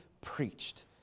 preached